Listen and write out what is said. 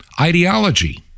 ideology